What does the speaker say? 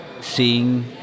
seeing